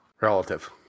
Relative